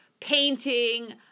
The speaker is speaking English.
painting